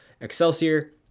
Excelsior